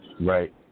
Right